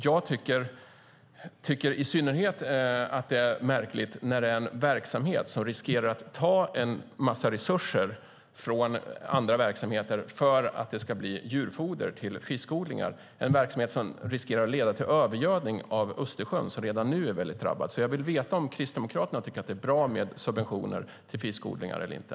Jag tycker i synnerhet att det är märkligt när det är en verksamhet som riskerar att ta en massa resurser från andra verksamheter för att det ska bli djurfoder till fiskodlingar, en verksamhet som riskerar att leda till övergödning av Östersjön, som redan nu är väldigt drabbad. Jag vill veta om Kristdemokraterna tycker att det är bra med subventioner till fiskodlingar eller inte.